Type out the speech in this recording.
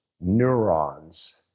neurons